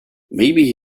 maybe